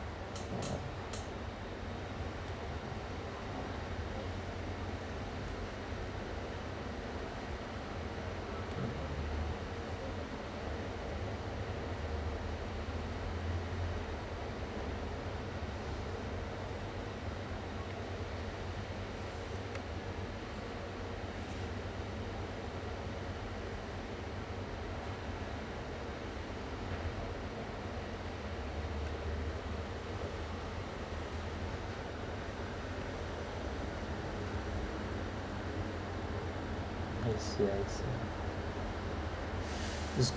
I see I see